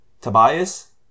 Tobias